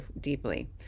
deeply